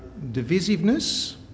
divisiveness